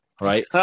Right